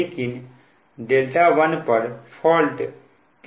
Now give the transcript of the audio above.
लेकिन δ1 पर fault clear हो जा रहा है